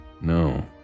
No